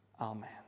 Amen